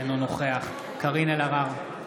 אינו נוכח קארין אלהרר,